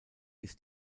ist